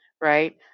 right